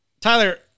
Tyler